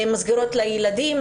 מסגרות לילדים,